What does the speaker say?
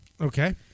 Okay